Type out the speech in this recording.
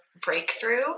breakthrough